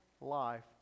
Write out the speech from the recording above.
life